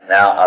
Now